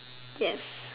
yes